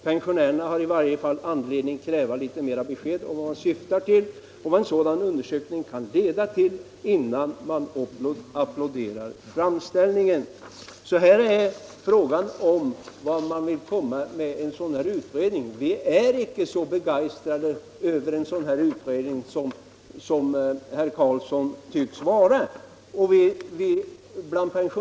Pensionärerna har i varje fall anledning kräva litet mera besked om vad man syftar till och vad en sådan undersökning kan leda till, innan man applåderar framställningen.” Här är alltså frågan vart man vill komma med en sådan här utredning. Vi bland pensionärerna är inte så begeistrade över detta som herr Carlsson i Vikmanshyttan tycks vara.